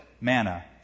manna